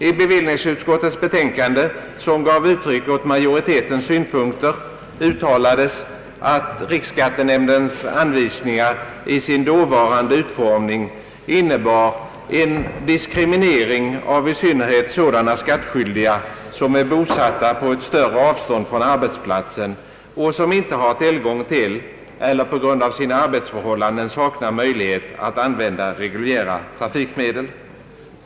I bevillningsutskottets betänkande, som gav uttryck åt majoritetens synpunkter, uttalades att riksskattenämndens anvisningar i sin nuvarande utformning innebar »en diskriminering av i synnerhet sådana skattskyldiga, som är bosatta på ett större avstånd från arbetsplatsen och som inte har tillgång till eller på grund av sina arbetsförhållanden saknar möjlighet att använda reguljära trafikmedel».